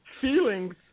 feelings